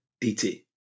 DT